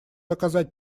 оказать